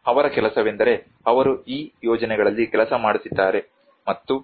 ಮತ್ತು ಅವರ ಕೆಲಸವೆಂದರೆ ಅವರು ಈ ಯೋಜನೆಗಳಲ್ಲಿ ಕೆಲಸ ಮಾಡುತ್ತಿದ್ದಾರೆ ಮತ್ತು